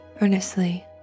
earnestly